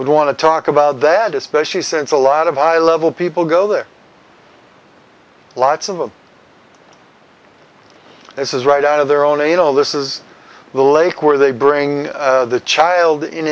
would want to talk about that especially since a lot of high level people go there lots of them this is right out of their own in all this is the lake where they bring the child in